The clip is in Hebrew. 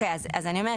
אז אני אומרת,